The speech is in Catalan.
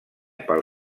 pel